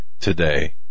today